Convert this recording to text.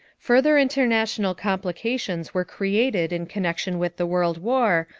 further international complications were created in connection with the world war,